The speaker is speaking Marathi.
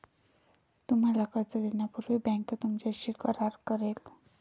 तुम्हाला कर्ज देण्यापूर्वी बँक तुमच्याशी करार करेल